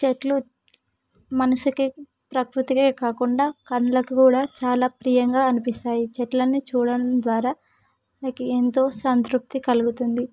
చెట్లు మనిషికి ప్రకృతికి కాకుండా కళ్లకు కూడా చాలా ప్రియంగా అనిపిస్తాయి చెట్లను చూడటం ద్వారా నాకు ఎంతో సంతృప్తి కలుగుతుంది